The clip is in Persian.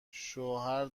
شوهر